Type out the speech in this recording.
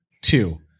Two